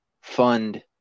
fund